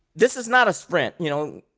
this is not a sprint. you know,